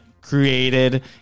created